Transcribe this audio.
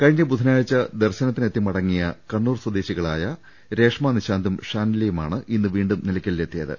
കഴിഞ്ഞ ബുധനാഴ്ച ദർശന ത്തിന് എത്തി മടങ്ങിയ കണ്ണൂർ സ്വദേശികളായ രേഷ്മ നിഷാന്തും ഷാനില യുമാണ് ഇന്ന് വീണ്ടും നിലയ്ക്കലിലെത്തിയത്